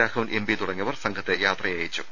Raghavan MP തുടങ്ങിയവർ സംഘത്തെ യാത്രയയച്ചു